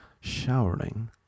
showering